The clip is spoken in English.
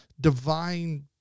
divine